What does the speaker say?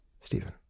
Stephen